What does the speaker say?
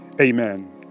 amen